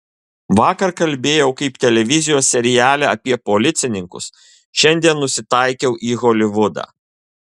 vakar kalbėjau kaip televizijos seriale apie policininkus šiandien nusitaikiau į holivudą